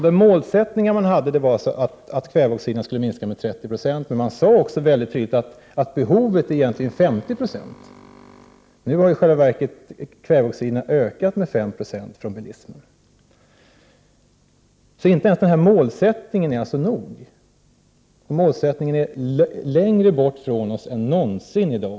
De målsättningar man hade innebar alltså att utsläppen av kväveoxider skulle minska med 30 96. Men man sade också mycket tydligt att det egentligen behövs en minskning med 50 26. Nu har i själva verket utsläppen av kväveoxider från bilismen ökat med 5 96. Inte ens den målsättning man hade är alltså nog — och målsättningen är faktiskt längre bort från oss än någonsin.